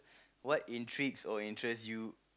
what intrigues or interest you